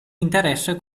interesse